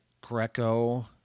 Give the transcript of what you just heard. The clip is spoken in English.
Greco